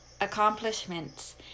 accomplishments